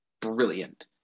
brilliant